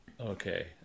Okay